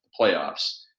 playoffs